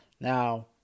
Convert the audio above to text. Now